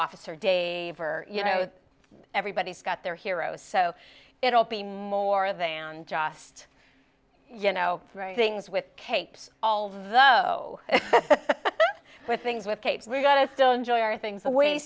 officer dave or you know everybody's got their heroes so it'll be more than just you know things with capes although with things with katie we gotta still enjoy our things away